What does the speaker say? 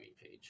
page